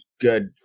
good